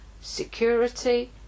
security